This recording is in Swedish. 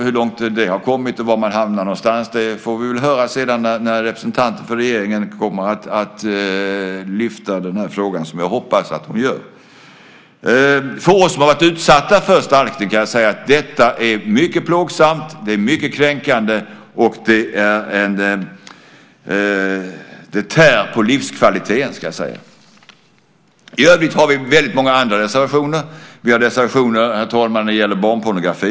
Hur långt det har kommit och var man hamnar där får vi väl höra när representanten för regeringen lyfter fram den här frågan, vilket jag hoppas att hon gör. Från oss som har varit utsatta för stalkning kan jag säga att det är mycket plågsamt, mycket kränkande och det tär på livskvaliteten. Herr talman! Vi har väldigt många andra reservationer. Vi har reservationer när det gäller barnpornografi.